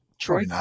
Troy